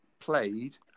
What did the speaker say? played